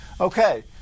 Okay